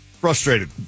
Frustrated